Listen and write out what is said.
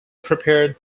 prepared